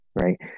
right